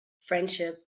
friendship